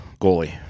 goalie